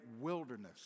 wilderness